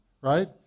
right